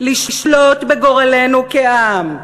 לשלוט בגורלנו כעם,